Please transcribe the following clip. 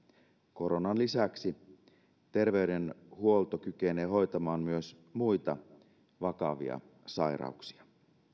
koronan lisäksi terveydenhuolto kykenee hoitamaan myös muita vakavia sairauksia